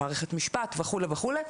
מערכת משפט וכו' וכו'.